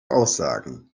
aussagen